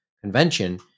convention